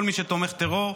כל מי שתומך טרור,